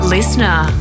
Listener